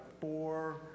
four